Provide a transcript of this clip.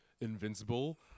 invincible